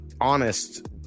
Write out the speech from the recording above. honest